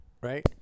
Right